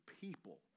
people